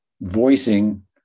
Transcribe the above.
voicing